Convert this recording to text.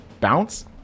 bounce